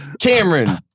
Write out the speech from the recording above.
Cameron